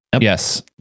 Yes